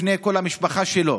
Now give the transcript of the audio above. לפני כל המשפחה שלו,